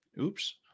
oops